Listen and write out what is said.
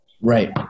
Right